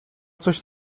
coś